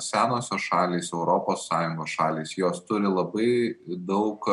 senosios šalys europos sąjungos šalys jos turi labai daug